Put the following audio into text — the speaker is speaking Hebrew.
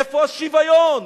איפה השוויון?